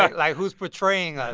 like, who's portraying